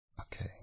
Okay